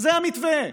זה המתווה.